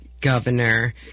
governor